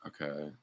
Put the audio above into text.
Okay